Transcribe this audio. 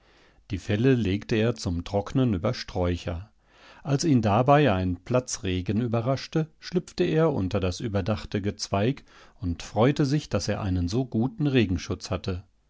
die felle legte er zum trocknen über sträucher als ihn dabei ein platzregen überraschte schlüpfte er unter das überdachte gezweig und freute sich daß er einen so guten regenschutz hatte